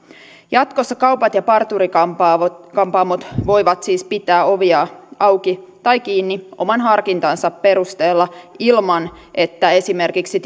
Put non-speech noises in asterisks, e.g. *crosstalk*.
jatkossa kaupat ja parturi kampaamot kampaamot voivat siis pitää oviaan auki tai kiinni oman harkintansa perusteella ilman että esimerkiksi *unintelligible*